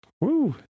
Woo